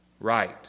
right